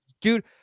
Dude